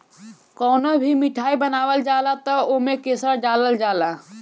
कवनो भी मिठाई बनावल जाला तअ ओमे केसर डालल जाला